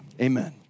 Amen